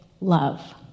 love